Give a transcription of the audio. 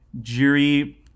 Jiri